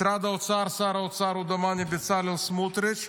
משרד האוצר, שר האוצר הוא, דומני, בצלאל סמוטריץ'